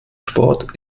sport